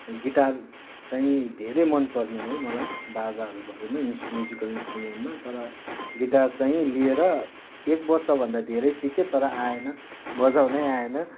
guitar चाहिँ धेरै मनपर्ने हो मलाई बाजाहरूभरिमा यस म्युजिकल इन्सट्रुमेन्टमा तर गिटार चाहिँ लिएर एक वर्षभन्दा धेरै सिकेँ तर आएन बजाउनै आएन